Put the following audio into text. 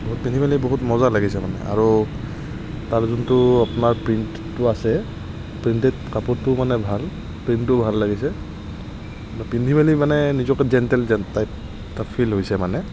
পিন্ধি মেলি বহুত মজা লাগিছে মানে আৰু তাৰ যোনটো আপোনাৰ প্ৰিণ্টটো আছে প্ৰিণ্টেড কাপোৰটো মানে ভাল প্ৰিণ্টটো ভাল লাগিছে পিন্ধি মেলি মানে নিজকে জেনটেল যেন টাইপ এটা ফিল হৈছে মানে